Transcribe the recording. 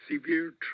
severe